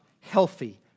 healthy